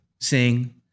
sing